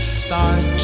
start